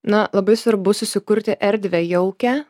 na labai svarbu susikurti erdvę jaukią